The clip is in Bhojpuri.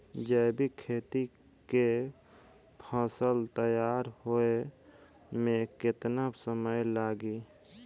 जैविक खेती के फसल तैयार होए मे केतना समय लागी?